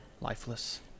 lifeless